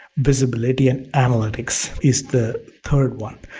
visibility and analytics is the third one.